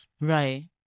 Right